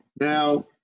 now